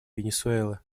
венесуэлы